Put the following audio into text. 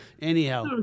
Anyhow